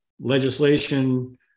legislation